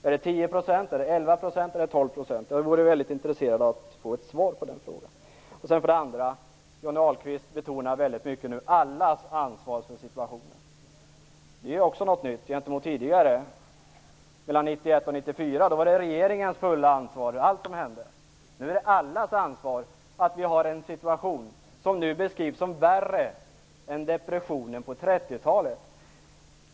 Är det 10 %, 11 % eller 12 % nu? Jag är väldigt intresserad av att få ett svar på den frågan. Johnny Ahlqvist betonade väldigt starkt allas ansvar för situationen. Det är också någonting nytt gentemot tidigare. Mellan 1991 och 1994 var det regeringen som hade fullt ansvar för allt som hände. Nu är det allas ansvar att vi har en situation som beskrivs som värre än under depressionen på 30-talet.